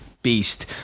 beast